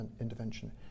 intervention